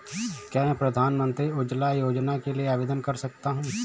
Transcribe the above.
क्या मैं प्रधानमंत्री उज्ज्वला योजना के लिए आवेदन कर सकता हूँ?